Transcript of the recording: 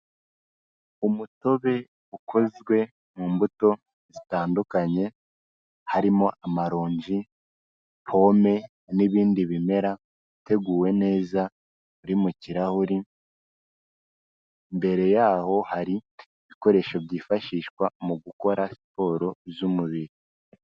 Umutobe ukozwe mu mbuto zitandukanye, harimo amaronji, pome n'ibindi bimera, uteguwe neza, uri mu kirahuri, imbere yaho hari ibikoresho byifashishwa mu gukora siporo z'umubiri.